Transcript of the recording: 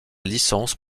licence